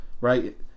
right